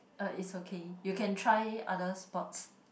uh is okay you can try other sports